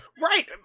Right